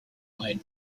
made